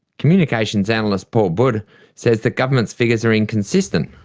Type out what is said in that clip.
communications analyst paul budde says the government's figures are inconsistent.